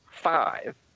five